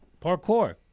parkour